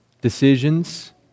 decisions